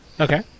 Okay